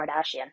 Kardashian